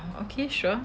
oh okay sure